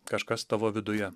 kažkas tavo viduje